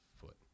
foot